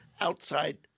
outside